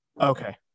Okay